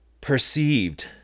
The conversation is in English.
perceived